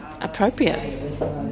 Appropriate